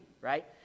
right